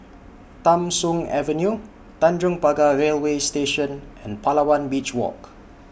Tham Soong Avenue Tanjong Pagar Railway Station and Palawan Beach Walk